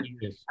Yes